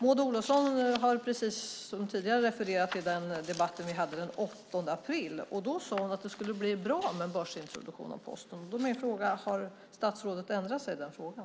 Maud Olofsson har precis som tidigare refererat till den debatt vi hade den 8 april. Då sade hon att det skulle bli bra med en börsintroduktion av Posten. Har statsrådet ändrat sig i den frågan?